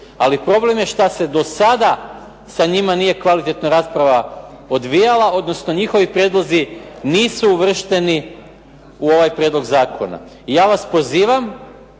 Ali problem je što se do sada sa njima nije kvalitetno rasprava odvijala, odnosno njihovi prijedlozi nisu uvršteni u ovaj prijedlog zakona. I ja vas pozivam